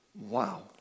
Wow